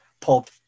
pulp